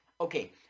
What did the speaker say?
Okay